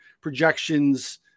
projections